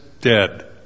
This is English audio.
dead